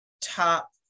top